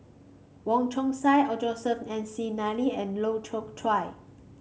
Wong Chong Sai or Joseph McNally and Loy choke Chuan